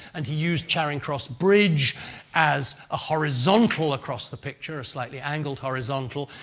and he used charing cross bridge as a horizontal across the picture, a slightly angled horizontal,